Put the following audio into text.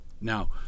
Now